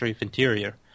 Interior